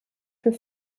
für